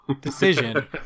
decision